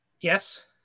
yes